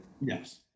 Yes